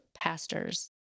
pastors